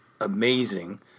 amazing